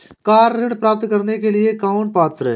Car ऋण प्राप्त करने के लिए कौन पात्र है?